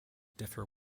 differ